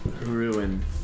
Ruin